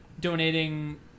donating